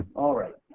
all right.